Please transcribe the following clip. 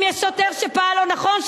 אם יש שוטר שפעל לא נכון,